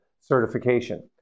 Certification